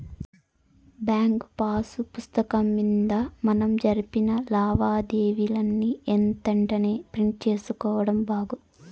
bank pass పుస్తకం మింద మనం జరిపిన లావాదేవీలని ఎంతెంటనే ప్రింట్ సేసుకోడం బాగు